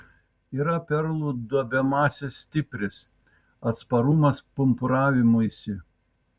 yra perlų duobiamasis stipris atsparumas pumpuravimuisi